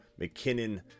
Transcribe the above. McKinnon